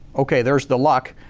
okay, there's the luck.